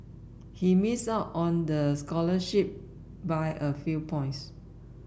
he missed out on the scholarship by a few points